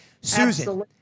Susan